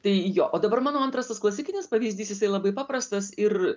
tai jo o dabar mano antras tas klasikinis pavyzdys jisai labai paprastas ir